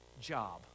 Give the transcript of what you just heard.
job